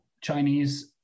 Chinese